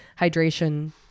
hydration